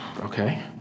okay